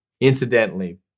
Incidentally